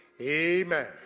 Amen